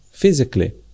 Physically